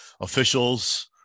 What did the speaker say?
officials –